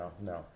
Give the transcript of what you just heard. no